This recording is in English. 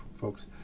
folks